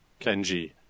Kenji